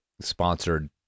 sponsored